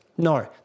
No